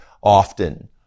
often